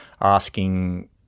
asking